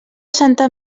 santa